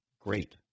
Great